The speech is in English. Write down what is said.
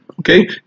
okay